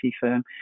firm